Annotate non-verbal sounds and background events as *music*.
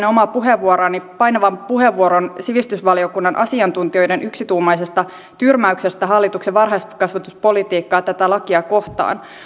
*unintelligible* omaa puheenvuoroani painavan puheenvuoron sivistysvaliokunnan asiantuntijoiden yksituumaisesta tyrmäyksestä hallituksen varhaiskasvatuspolitiikkaa ja tätä lakia kohtaan